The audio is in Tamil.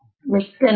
மிக்க நன்றி